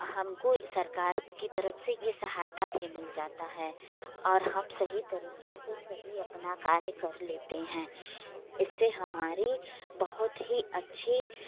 हमको सरकार की तरफ से ये सहायता भी मिल जाता है और हम सही तरीके से सही अपना कार्य कर लेते हैं इससे हमारी बहुत ही अच्छी